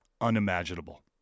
unimaginable